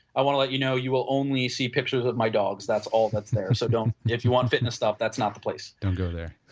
i want to let you know you will only see pictures of my dogs that's' all that's there so don't, if you want fitness stuff that's not the place don't go there?